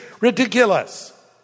ridiculous